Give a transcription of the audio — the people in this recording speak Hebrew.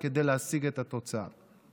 כדי להשיג את התוצאה.